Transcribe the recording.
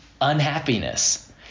unhappiness